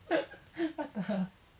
what the